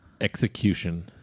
execution